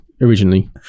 originally